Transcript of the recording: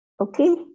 Okay